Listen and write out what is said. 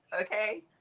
Okay